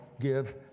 give